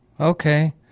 Okay